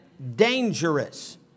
dangerous